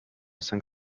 cinq